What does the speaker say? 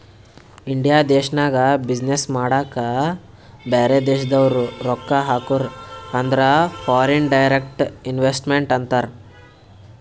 India ದೇಶ್ನಾಗ business ಮಾಡಾಕ ಬ್ಯಾರೆ ದೇಶದವ್ರು ರೊಕ್ಕಾ ಹಾಕುರ್ ಅಂದುರ್ ಫಾರಿನ್ ಡೈರೆಕ್ಟ್ ಇನ್ವೆಸ್ಟ್ಮೆಂಟ್ ಅಂತಾರ್